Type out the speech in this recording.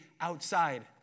outside